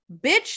bitch